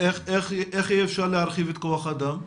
איך יהיה אפשר להרחיב את כוח האדם?